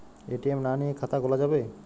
ATM না নিয়ে খাতা খোলা যাবে?